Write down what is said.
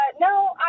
no